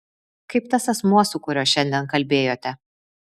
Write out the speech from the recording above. kaip tas asmuo su kuriuo šiandien kalbėjote